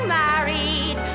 married